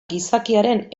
gizakiaren